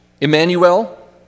Emmanuel